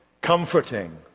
comforting